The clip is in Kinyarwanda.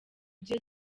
gihe